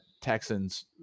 Texans